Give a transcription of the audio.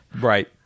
Right